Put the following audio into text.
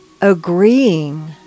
agreeing